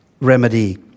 remedy